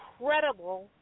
incredible